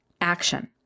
action